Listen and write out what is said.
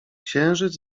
księżyc